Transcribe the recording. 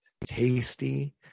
tasty